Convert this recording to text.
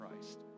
Christ